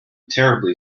terribly